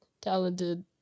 talented